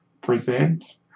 present